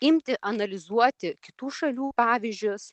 imti analizuoti kitų šalių pavyzdžius